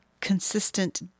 consistent